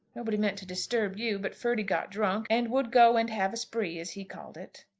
nobody meant to disturb you but ferdy got drunk, and would go and have a spree, as he called it.